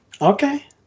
Okay